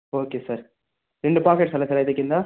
okay sir రెండు packets అదే sir అయితే కింద